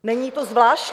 Není to zvláštní?